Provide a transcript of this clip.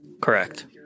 Correct